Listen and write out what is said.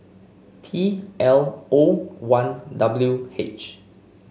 T L O one W H